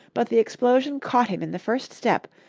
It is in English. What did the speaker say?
but the explosion caught him in the first step,